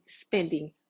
spending